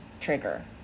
trigger